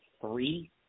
three